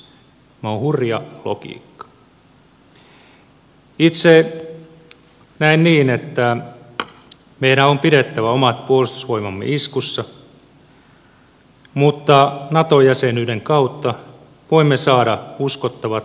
itse näen niin että meidän on pidettävä omat puolustusvoimamme iskussa mutta nato jäsenyyden kautta voimme saada uskottavat sotilaalliset turvatakuut